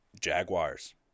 Jaguars